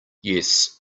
yes